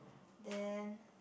then